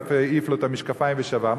ואף העיף לו את המשקפיים ושבר.